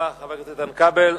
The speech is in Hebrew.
חבר הכנסת איתן כבל,